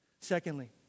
Secondly